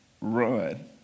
run